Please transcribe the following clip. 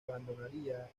abandonaría